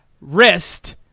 wrist